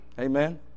Amen